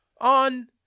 on